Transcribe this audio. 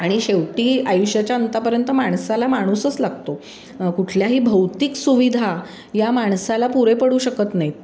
आणि शेवटी आयुष्याच्या अंतापर्यंत माणसाला माणूसच लागतो कुठल्याही भौतिक सुविधा या माणसाला पुरे पडू शकत नाहीत